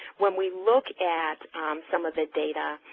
when we look at some of the data